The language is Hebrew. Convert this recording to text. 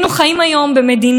בכלל למיעוטים,